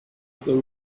the